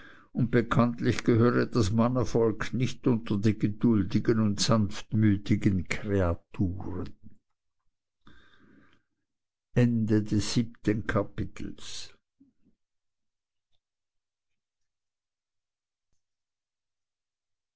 und bekanntlich gehöre das mannevolk nicht unter die geduldigen und sanftmütigen kreaturen